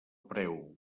preu